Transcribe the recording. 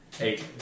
Eight